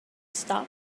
stop